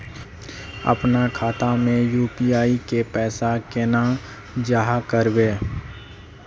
अपना खाता में यू.पी.आई के पैसा केना जाहा करबे?